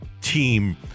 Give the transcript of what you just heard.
team